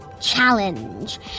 Challenge